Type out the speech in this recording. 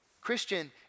Christian